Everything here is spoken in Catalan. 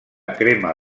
crema